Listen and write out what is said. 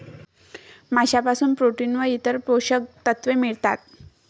माशांपासून प्रोटीन व इतर पोषक तत्वे मिळतात